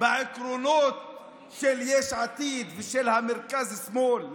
בעקרונות של יש עתיד ושל המרכז-שמאל.